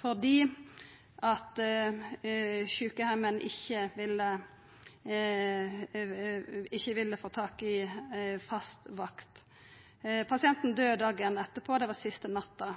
fordi sjukeheimen ikkje ville få tak i fast vakt. Pasienten døydde dagen etter. Det var den siste natta.